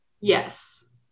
Yes